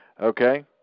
Okay